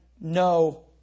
no